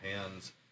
hands